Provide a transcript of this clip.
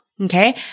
okay